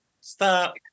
Stop